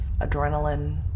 Adrenaline